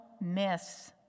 miss